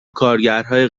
کارگرهای